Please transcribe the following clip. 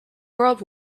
world